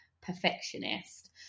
perfectionist